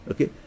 Okay